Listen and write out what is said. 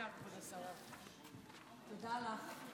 תודה לך,